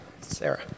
Sarah